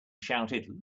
shouted